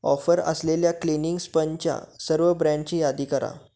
offer असलेल्या cleaning स्पंजच्या सर्व ब्रँडची यादी करा